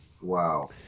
Wow